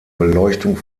beleuchtung